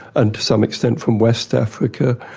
and to some extent from west africa,